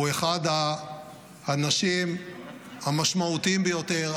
הוא אחד האנשים המשמעותיים ביותר,